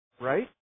right